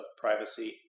privacy